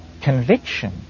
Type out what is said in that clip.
conviction